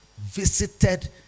visited